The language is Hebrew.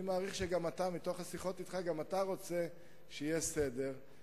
אני מעריך מתוך השיחות אתך שגם אתה רוצה שיהיה סדר,